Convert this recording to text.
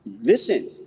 listen